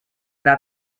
that